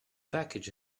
package